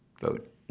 vote